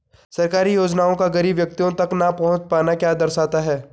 सरकारी योजनाओं का गरीब व्यक्तियों तक न पहुँच पाना क्या दर्शाता है?